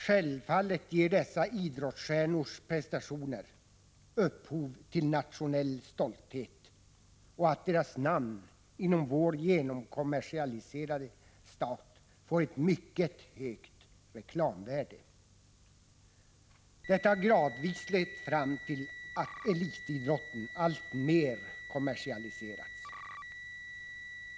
Självfallet ger dessa idrottsstjärnors prestationer upphov till nationell stolthet, och deras namn får i vårt genomkommersialiserade land ett mycket högt reklamvärde. Detta har gradvis lett till att elitidrotten alltmer kommersialiserats.